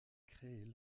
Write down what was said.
créée